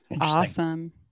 Awesome